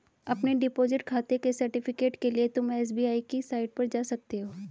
अपने डिपॉजिट खाते के सर्टिफिकेट के लिए तुम एस.बी.आई की साईट पर जा सकते हो